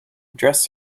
dress